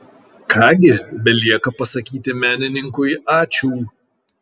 ką gi belieka pasakyti menininkui ačiū